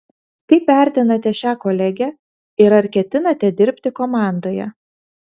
kaip vertinate šią kolegę ir ar ketinate dirbti komandoje